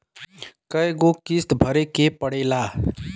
कय गो किस्त भरे के पड़ेला?